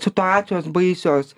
situacijos baisios